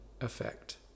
effect